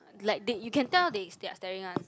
like they you can tell they there's are staring one